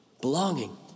belonging